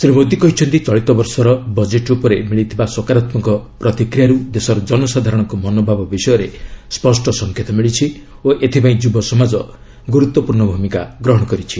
ଶ୍ରୀ ମୋଦୀ କହିଛନ୍ତି ଚଳିତବର୍ଷର ବଜେଟ ଉପରେ ମିଳିଥିବା ସକାରାତ୍ମକ ପ୍ରତିକ୍ରିୟାରୁ ଦେଶର ଜନସାଧାରଣଙ୍କ ମନୋଭାବ ବିଷୟରେ ସ୍ୱଷ୍ଟ ସଂକେତ ମିଳିଛି ଓ ଏଥିପାଇଁ ଯୁବସମାଜ ଗୁରୁତ୍ୱପୂର୍ଣ୍ଣ ଭୂମିକା ଗ୍ରହଣ କରିଛି